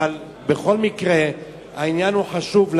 אך בכל מקרה העניין הוא חשוב,